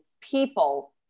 people